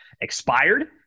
expired